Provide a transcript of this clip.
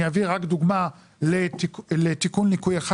אני אביא רק דוגמה לתיקון ליקוי אחד